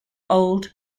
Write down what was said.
old